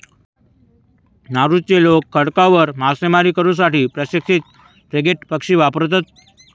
नौरूचे लोक खडकांवर मासेमारी करू साठी प्रशिक्षित फ्रिगेट पक्षी वापरतत